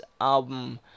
album